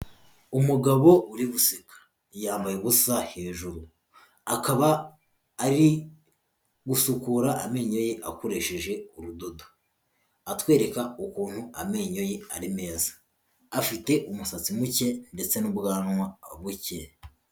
Umugabo uri guseka yambaye ubusa hejuru, akaba ari gusukura amenyo ye akoresheje urudodo, aratwereka ukuntu amenyo ye ari meza, afite umusatsi muke ndetse n'ubwanwa buke.